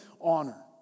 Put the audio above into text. honor